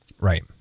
Right